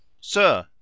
Sir